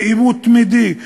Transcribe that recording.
בעימות תמידי,